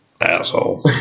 Asshole